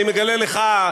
אני מגלה לך,